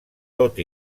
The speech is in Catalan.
tot